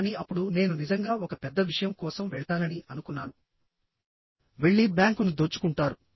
కానీ అప్పుడు నేను నిజంగా ఒక పెద్ద విషయం కోసం వెళ్తానని అనుకున్నాను వెళ్లి బ్యాంకును దోచుకుంటారు